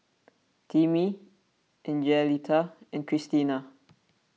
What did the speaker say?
Timmy Angelita and Kristina